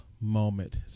moment